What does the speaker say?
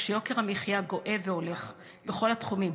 כשיוקר המחיה גואה והולך בכל התחומים.